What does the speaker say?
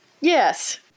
Yes